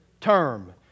term